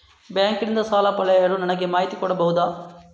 Bank ನಿಂದ ಸಾಲ ಪಡೆಯಲು ನನಗೆ ಮಾಹಿತಿ ಕೊಡಬಹುದ?